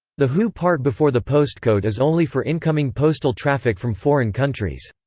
the hu part before the postcode is only for incoming postal traffic from foreign countries.